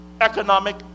economic